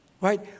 right